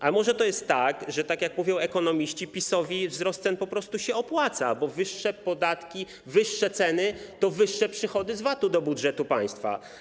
A może to jest tak, że - tak jak mówią ekonomiści - PiS-owi wzrost cen po prostu się opłaca, bo wyższe podatki, wyższe ceny to wyższe przychody z VAT-u do budżetu państwa.